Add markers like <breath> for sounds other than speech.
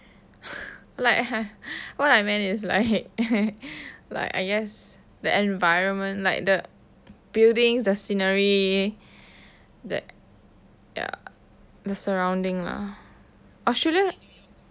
<breath> like what I meant is like <laughs> like I guess the environment like the buildings the scenery the ya the surrounding lah australia